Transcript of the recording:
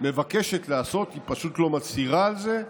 מבקשת לעשות, היא פשוט לא מצהירה על זה,